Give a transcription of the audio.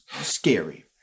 scary